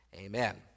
amen